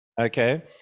Okay